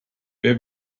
wer